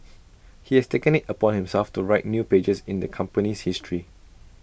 he has taken IT upon himself to write new pages in the company's history